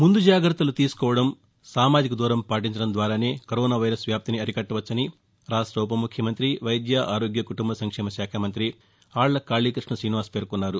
ముందు జాగ్రత్తలు తీసుకోవడం సామాజిక దూరం పాటించడం ద్వారానే కరోనా వైరస్ వ్యాప్తిని అరికట్టవచ్చని ఉపముఖ్యమంత్రి వైద్య ఆరోగ్య కుటుంబ సంక్షేమ శాఖ మంత్రి ఆళ్ల కాళీకృష్ణ శ్రీనివాస్ పేర్కొన్నారు